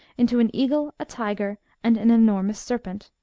into an eagle, a tiger, and an enormous serpent.